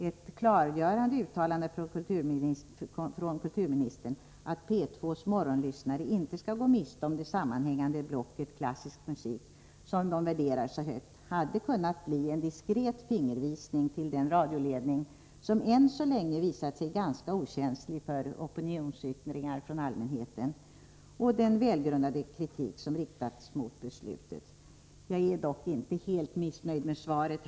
Ett klargörande uttalande från kulturministern, att P 2:s morgonlyssnare inte borde gå miste om det sammanhängande blocket klassisk musik som de värderar så högt, hade kunnat bli en diskret fingervisning till den radioledning som än så länge visat sig ganska okänslig för opinionsyttringar från allmänheten och den välgrundade kritik som riktats mot beslutet. Jag är inte helt missnöjd med svaret.